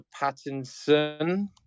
Pattinson